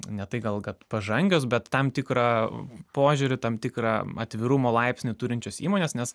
ne tai gal kad pažangios bet tam tikra požiūrį tam tikram atvirumo laipsnį turinčios įmonės nes